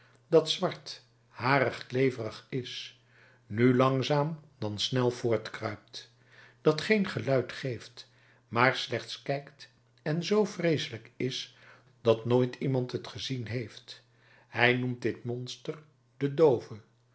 dat zwart harig kleverig is nu langzaam dan snel voortkruipt dat geen geluid geeft maar slechts kijkt en zoo vreeselijk is dat nooit iemand het gezien heeft hij noemt dit monster de doove